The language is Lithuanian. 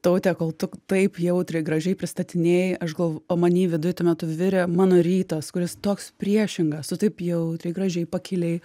taute kol tu taip jautriai gražiai pristatinėjai aš gal o many viduj tuo metu virė mano rytas kuris toks priešingas tu taip jautriai gražiai pakiliai